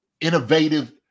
innovative